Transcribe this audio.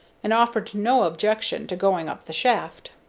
and offered no objection to going up the shaft.